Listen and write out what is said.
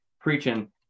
preaching